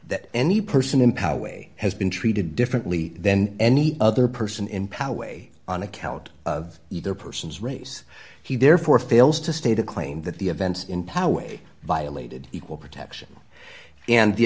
that any person in how way has been treated differently than any other person in power a on account of either person's race he therefore fails to state a claim that the events in power they violated equal protection and the